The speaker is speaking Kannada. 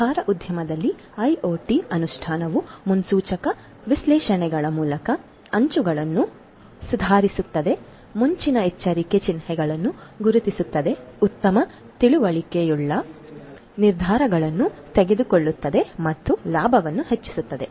ಆಹಾರ ಉದ್ಯಮದಲ್ಲಿ ಐಒಟಿ ಅನುಷ್ಠಾನವು ಮುನ್ಸೂಚಕ ವಿಶ್ಲೇಷಣೆಗಳ ಮೂಲಕ ಅಂಚುಗಳನ್ನು ಸುಧಾರಿಸುತ್ತದೆ ಮುಂಚಿನ ಎಚ್ಚರಿಕೆ ಚಿಹ್ನೆಗಳನ್ನು ಗುರುತಿಸುತ್ತದೆ ಉತ್ತಮ ತಿಳುವಳಿಕೆಯುಳ್ಳ ನಿರ್ಧಾರಗಳನ್ನು ತೆಗೆದುಕೊಳ್ಳುತ್ತದೆ ಮತ್ತು ಲಾಭವನ್ನು ಹೆಚ್ಚಿಸುತ್ತದೆ